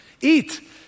Eat